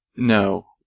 No